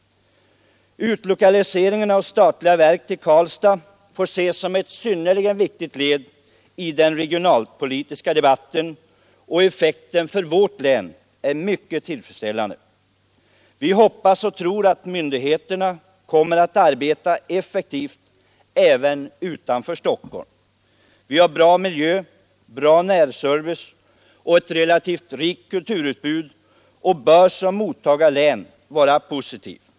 Utlokaliseringen av statliga verk till Karlstad får ses som ett synnerligen viktigt led i den regionalpolitiska debatten, och effekten för vårt län är mycket tillfredsställande. Vi hoppas och tror att myndigheterna kommer att arbeta effektivt även utanför Stockholm. Värmlands län har bra miljö, bra närservice samt ett relativt rikt kulturutbud och bör som mottagarlän vara attraktivt.